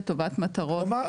לטובת מטרות אחרות.